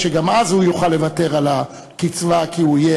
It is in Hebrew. תיתפס שוב/ תירכש ותימכר/ ותיקנה שוב/ היונה